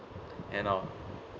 and all